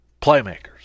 Playmakers